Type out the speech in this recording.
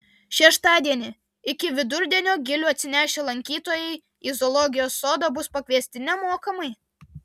šeštadienį iki vidurdienio gilių atsinešę lankytojai į zoologijos sodą bus pakviesti nemokamai